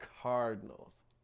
Cardinals